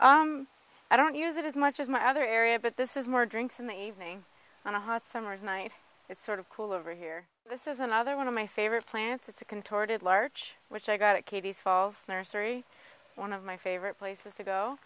area i don't use it as much as my other area but this is more drinks in the evening on a hot summer's night it's sort of cool over here this is another one of my favorite plants it's a contorted larch which i got at katie's falls nursery one of my favorite places to go